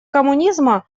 коммунизма